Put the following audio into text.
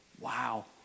Wow